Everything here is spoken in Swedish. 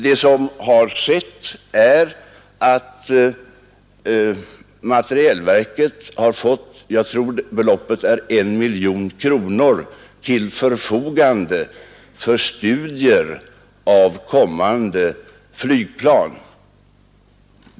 Det som har skett är att materielverket har fått, jag tror beloppet är 1 miljon kronor till förfogande för studier av kommande flygplan.